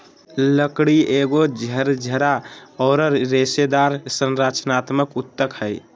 लकड़ी एगो झरझरा औरर रेशेदार संरचनात्मक ऊतक हइ